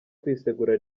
kwisegura